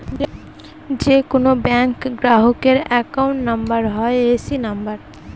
যে কোনো ব্যাঙ্ক গ্রাহকের অ্যাকাউন্ট নাম্বার হয় এ.সি নাম্বার